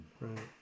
Right